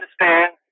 understand